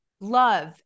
love